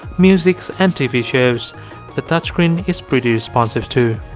musics and tv shows the touch screen is pretty responsive too